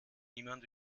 niemand